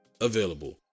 available